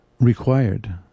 required